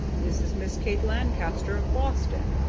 this is miss kate lancaster of boston,